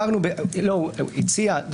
ד"ר בקשי הציע,